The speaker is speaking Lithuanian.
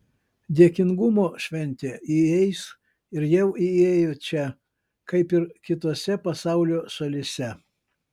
dėkingumo šventė įeis ir jau įėjo čia kaip ir kitose pasaulio šalyse